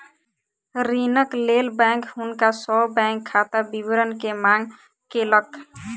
ऋणक लेल बैंक हुनका सॅ बैंक खाता विवरण के मांग केलक